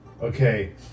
Okay